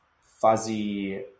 fuzzy